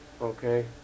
Okay